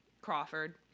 Crawford